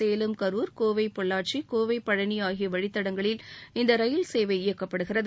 சேலம் கரூர் கோவை பொள்ளாச்சி கோவை பழனி ஆகிய வழித்தடங்களில் இந்த ரயில் சேவை இயக்கப்படுகிறது